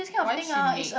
why she need